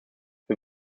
wir